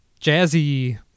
jazzy